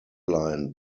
line